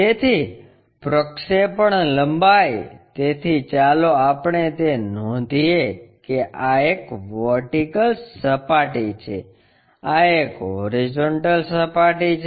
તેથી પ્રક્ષેપણ લંબાઈ તેથી ચાલો આપણે તે નોંધીએ કે આ એક વર્ટિકલ સપાટી છે આ એક હોરિઝોન્ટલ સપાટી છે